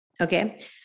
Okay